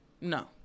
No